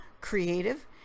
creative